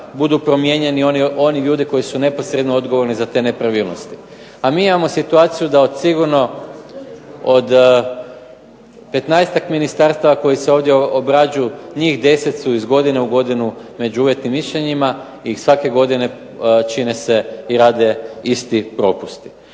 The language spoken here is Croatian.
budu promijenjeni, oni ljudi koji su neposredno odgovorni za te nepravilnosti. A mi imamo situaciju da sigurno od 15-tak ministarstava koja se ovdje obrađuju njih 10 su iz godine u godinu među uvjetnim mišljenjima i svake godine čine se i rade isti propusti.